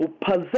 possess